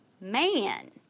man